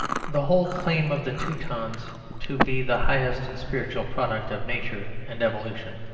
the whole claim of the teutons to be the highest spiritual product of nature and evolution.